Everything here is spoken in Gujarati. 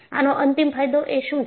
આનો અંતિમ ફાયદો એ શું છે